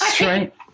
right